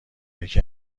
یکی